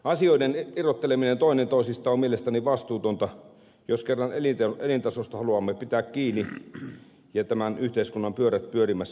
asioiden irrotteleminen toinen toisistaan on mielestäni vastuutonta jos kerran elintasosta haluamme pitää kiinni ja tämän yhteiskunnan pyörät pyörimässä